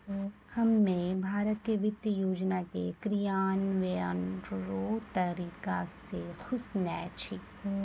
हम्मे भारत के वित्त योजना के क्रियान्वयन रो तरीका से खुश नै छी